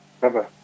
Bye-bye